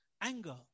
anger